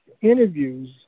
interviews